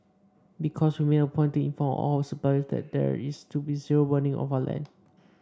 because we've made a point to inform all our suppliers that there is to be zero burning of our land